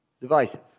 divisive